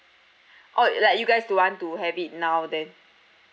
oh like you guys don't want to have it now then